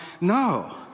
no